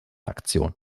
aktion